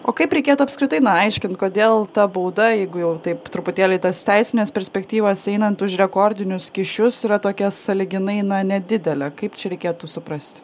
o kaip reikėtų apskritai na aiškint kodėl ta bauda jeigu jau taip truputėlį tas teisines perspektyvas einant už rekordinius kyšius yra tokia sąlyginai na nedidelė kaip čia reikėtų suprasti